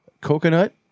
coconut